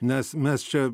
nes mes čia